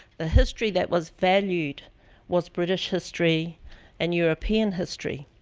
the history that was valued was british history and european history.